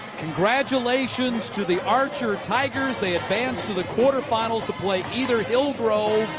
congratulations to the archer tigers. they advance to the quarterfinals to play either hill grove